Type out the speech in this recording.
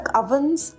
ovens